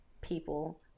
people